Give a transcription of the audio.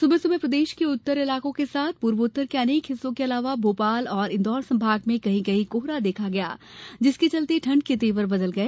सुबह सुबह प्रदेश के उत्तर इलाकों के साथ पूर्वोत्तर के अनेक हिस्सों के अलावा भोपाल और इंदौर संभाग में कहीं कहीं कोहरा देखा गया जिसके चलते ठंड के तेवर बदल गए